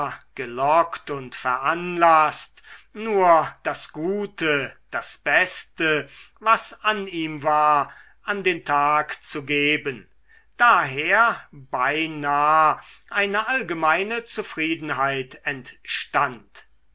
gelockt und veranlaßt nur das gute das beste was an ihm war an den tag zu geben daher beinah eine allgemeine zufriedenheit entstand